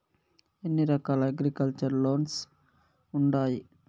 ఎన్ని రకాల agriculture loans ఉండాయి